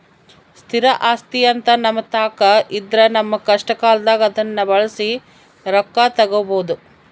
ಸ್ಥಿರ ಆಸ್ತಿಅಂತ ನಮ್ಮತಾಕ ಇದ್ರ ನಮ್ಮ ಕಷ್ಟಕಾಲದಾಗ ಅದ್ನ ಬಳಸಿ ರೊಕ್ಕ ತಗಬೋದು